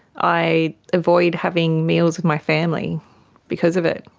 i avoid having meals with my family because of it.